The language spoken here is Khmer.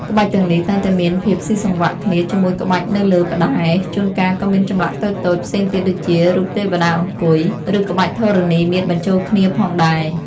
ក្បាច់ទាំងនេះតែងមានភាពស៊ីសង្វាក់គ្នាជាមួយក្បាច់នៅលើផ្តែរ ជួនកាលក៏មានចម្លាក់តូចៗផ្សេងទៀតដូចជា រូបទេវតាអង្គុយ ឬក្បាច់ធរណីមាត្របញ្ចូលគ្នាផងដែរ។